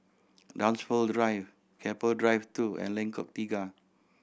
Dunsfold Drive Keppel Drive Two and Lengkok Tiga